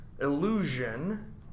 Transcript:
illusion